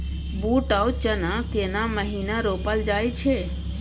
बूट आ चना केना महिना रोपल जाय छै?